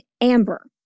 Amber